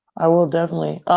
i will definitely.